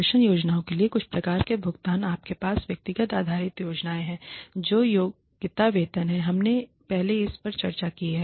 प्रदर्शन योजनाओं के लिए कुछ प्रकार के भुगतान आपके पास व्यक्तिगत आधारित योजनाएं हैं जो योग्यता वेतन है हमने पहले इस पर चर्चा की है